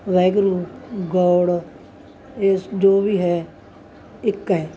Waheguru God ਇਹ ਜੋ ਵੀ ਹੈ ਇੱਕ ਹੈ